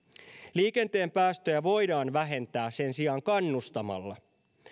liikenteen päästöjä voidaan vähentää sen sijaan kannustamalla